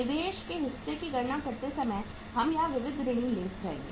निवेश के हिस्से की गणना करते समय हम यहां विविध ऋणी ले जाएंगे